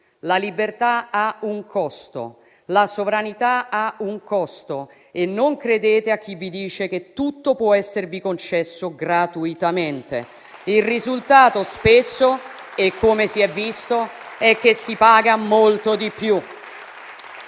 la libertà ha un costo, la sovranità ha un costo e non credete a chi vi dice che tutto può esservi concesso gratuitamente. Il risultato spesso, come si è visto, è che si paga molto di più.